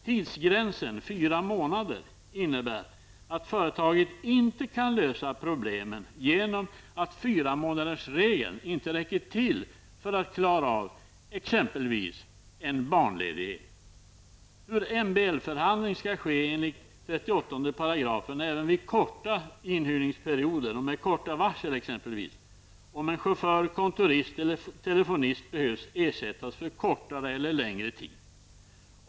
Tidsgränsen 4 månader innebär att företaget inte kan lösa problemen genom att 4-månadersregeln inte räcker till för att klara t.ex. en barnledighet, hur MBL-förhandling skall ske enligt 38 § även vid korta inhyrningsperioder och med korta varsel, om en chaufför, kontorist eller telefonist behöver ersättas för kortare eller längre tid.